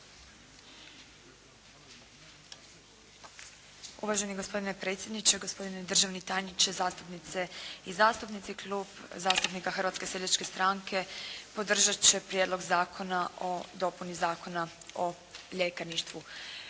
Uvaženi gospodine predsjedniče, gospodine državni tajniče, zastupnice i zastupnici! Klub zastupnika Hrvatske seljačke stranke podržat će Prijedlog zakona o dopuni Zakona o ljekarništvu.